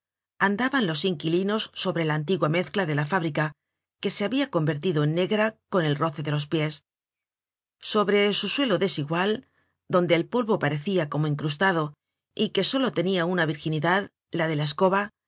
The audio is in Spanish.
andaban los inquilinos sobre la antigua mezcla de la fábrica que se habia convertido en negra con el roce de los pies sobre su suelo desigual donde el polvo parecia como incrustado y que solo tenia una virginidad la de la escoba